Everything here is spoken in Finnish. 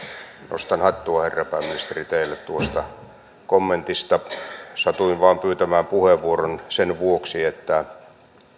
nostan hattua herra pääministeri teille tuosta kommentista satuin vain pyytämään puheenvuoron sen vuoksi että